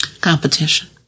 Competition